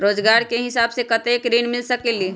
रोजगार के हिसाब से कतेक ऋण मिल सकेलि?